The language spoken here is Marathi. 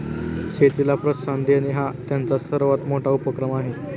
शेतीला प्रोत्साहन देणे हा त्यांचा सर्वात मोठा उपक्रम आहे